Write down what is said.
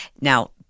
Now